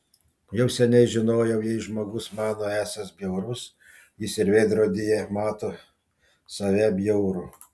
jau seniai žinojau jei žmogus mano esąs bjaurus jis ir veidrodyje mato save bjaurų